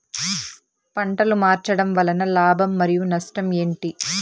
పంటలు మార్చడం వలన లాభం మరియు నష్టం ఏంటి